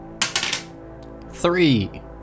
Three